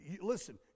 listen